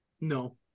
No